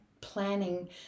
planning